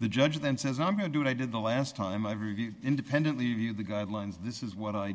the judge then says i'm going to do what i did the last time i reviewed independently review the guidelines this is what i